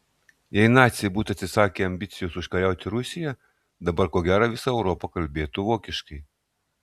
jei naciai būtų atsisakę ambicijos užkariauti rusiją dabar ko gero visa europa kalbėtų vokiškai